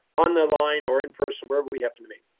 on the line or in person wherever we happen to meet.